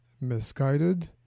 misguided